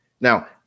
Now